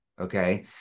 Okay